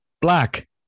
Black